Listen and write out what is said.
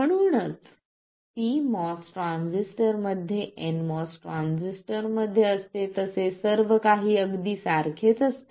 म्हणूनच pMOS ट्रान्झिस्टरमध्ये nMOS ट्रान्झिस्टरमध्ये असते तसे सर्वकाही अगदी सारखे असते